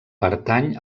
pertany